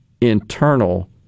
internal